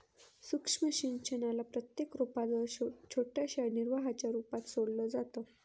सूक्ष्म सिंचनाला प्रत्येक रोपा जवळ छोट्याशा निर्वाहाच्या रूपात सोडलं जातं